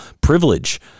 privilege